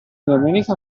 domenica